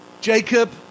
Jacob